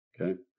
Okay